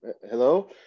Hello